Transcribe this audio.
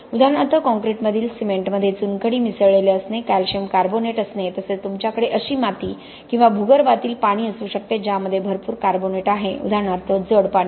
उदाहरणार्थ काँक्रीटमधील सीमेंट मध्ये चुनखडी मिसळलेले असणे कॅल्शियम कार्बोनेट असणे तसेच तुमच्याकडे अशी माती किंवा भूगर्भातील पाणी असू शकते ज्यामध्ये भरपूर कार्बोनेट आहे उदाहरणार्थ जड पाणी